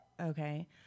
Okay